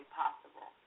possible